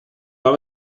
war